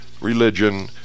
religion